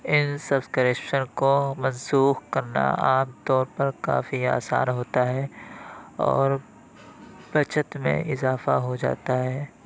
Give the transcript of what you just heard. ان subscription کو منسوخ کرنا عام طور پر کافی آسان ہوتا ہے اور بچت میں اضافہ ہو جاتا ہے